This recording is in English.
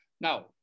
Now